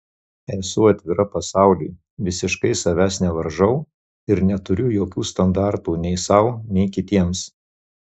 esu atvira pasauliui visiškai savęs nevaržau ir neturiu jokių standartų nei sau nei kitiems